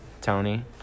tony